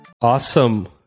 Awesome